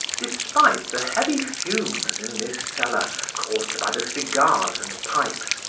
despite the heavy fumes in this cellar, caused by the cigars and pipes,